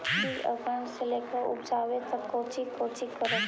बीज अंकुरण से लेकर उपजाबे तक कौची कौची कर हो?